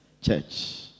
Church